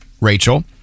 Rachel